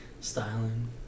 Styling